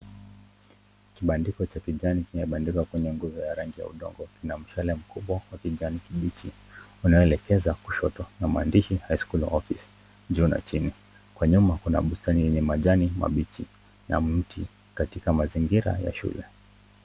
Kibandiko cha kijani kimebandikwa kwenye nguzo ya rangi ya udongo. Kina mshale mkubwa wa kijani kibichi unaoelekeza kushoto na maandishi High School office . Kwa nyuma kuna bustani yenye majani mabichi na miti katika mazingira ya shule.